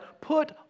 put